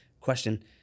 question